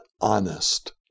honest